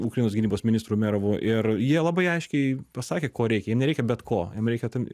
ukrainos gynybos ministru umerovu ir jie labai aiškiai pasakė ko reikia jiem nereikia bet ko jiem reikia tam